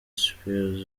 spears